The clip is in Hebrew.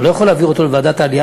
אתה לא יכול להעביר אותו לוועדת העלייה